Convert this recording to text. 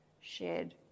Shared